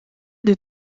deux